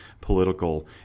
political